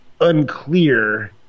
unclear